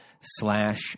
slash